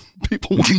People